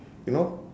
you know